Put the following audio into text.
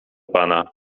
pana